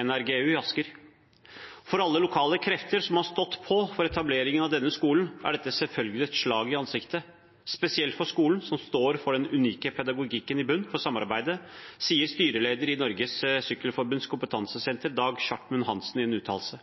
NRG-U, i Asker. «For alle lokale krefter som har stått på for etableringen av denne skolen, er dette selvfølgelig et slag i ansiktet. Spesielt for NRG-U, som står for den unike pedagogikken i bunn for samarbeidet.» Det sier styreleder for Norges Cykleforbunds Kompetansesenter, Dag Schartum-Hansen, i en uttalelse.